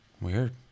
Weird